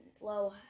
low